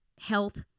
health